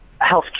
healthcare